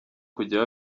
kujya